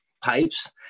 pipes